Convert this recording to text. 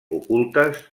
ocultes